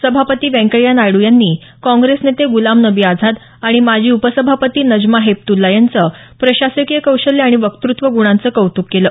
सभापती व्यंकय्या नायडू यांनी काँग्रेस नेते गुलाम नबी आझाद आणि माजी उपसभापती नजमा हेपतुल्ला यांचं प्रशासकीय कौशल्य आणि वक्तृत्व ग्णांचं कौत्क केलं